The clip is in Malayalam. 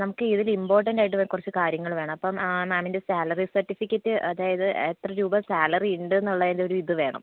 നമുക്കിതിൽ ഇമ്പോർട്ടന്റ് ആയിട്ട് കുറച്ച് കാര്യങ്ങൾ വേണം അപ്പം മാമിൻ്റെ സാലറി സർട്ടിഫിക്കറ്റ് അതായത് എത്ര രൂപ സാലറി ഉണ്ടെന്നുള്ളതിന്റെ ഒരിത് വേണം